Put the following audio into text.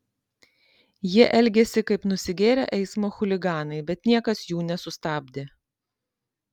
jie elgėsi kaip nusigėrę eismo chuliganai bet niekas jų nesustabdė